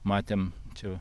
matėm čia